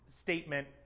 statement